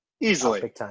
easily